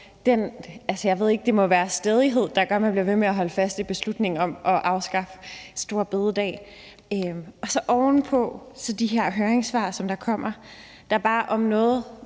på mål for den stædighed, der gør, at man bliver ved med at holde fast i beslutningen om afskaffelsen af store bededag, og så oven på de her høringssvar, der bare om noget